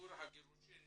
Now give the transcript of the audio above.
משיעור הגירושין